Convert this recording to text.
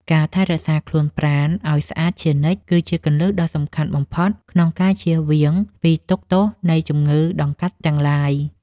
ការថែរក្សាខ្លួនប្រាណឱ្យស្អាតជានិច្ចគឺជាគន្លឹះដ៏សំខាន់បំផុតក្នុងការចៀសវាងពីទុក្ខទោសនៃជំងឺដង្កាត់ទាំងឡាយ។